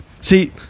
See